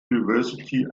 university